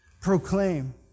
proclaim